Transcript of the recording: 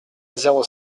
zéro